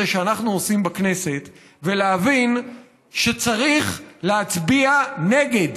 שאנחנו עושים בכנסת ולהבין שצריך להצביע נגד